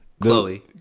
chloe